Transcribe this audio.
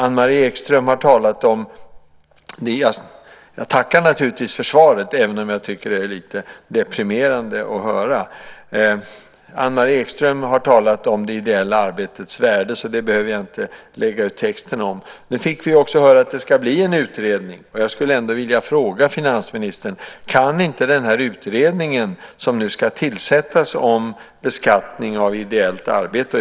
Jag tackar naturligtvis för svaret, även om jag tycker att det är lite deprimerande att höra. Anne-Marie Ekström har talat om det ideella arbetets värde, så det behöver jag inte lägga ut texten om. Nyss fick vi också höra att det ska bli en utredning. Jag skulle ändå vilja fråga finansministern om den här utredningen som nu ska tillsättas om beskattning av ideellt arbete.